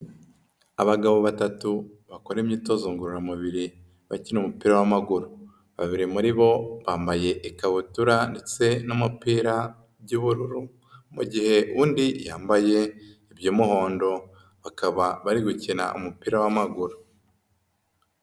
Abagabo batatu bakora imyitozo ngorora mubiri bakina umupira w'amaguru, babiri muri bo bambaye ikabutura ndetse n'umupira by'ubururu, mu gihe undi yambaye iby'umuhondo, bakaba bari gukina umupira w'amaguru.